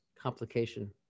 complication